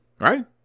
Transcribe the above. Right